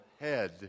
head